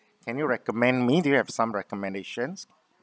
can you recommend me do you have some recommendations